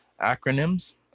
acronyms